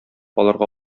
алырга